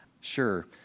sure